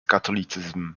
katolicyzm